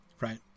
right